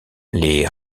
les